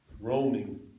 roaming